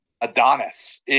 Adonis